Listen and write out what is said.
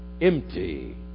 empty